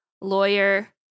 lawyer